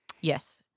Yes